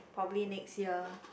probably next year